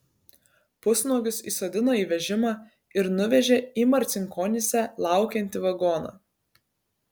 pusnuogius įsodino į vežimą ir nuvežė į marcinkonyse laukiantį vagoną